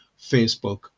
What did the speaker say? Facebook